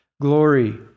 glory